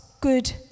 good